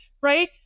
right